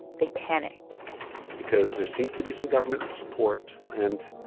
they panicked because there seems to be some government support, and